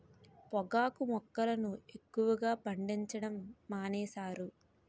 పొగాకు మొక్కలను ఎక్కువగా పండించడం మానేశారు